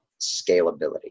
scalability